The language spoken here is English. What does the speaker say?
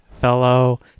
fellow